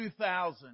2000